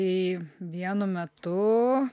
tai vienu metu